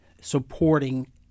supporting